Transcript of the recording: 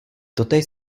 totéž